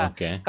Okay